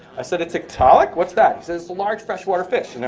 i said, a tiktaalik? what's that? he says, the large freshwater fish you know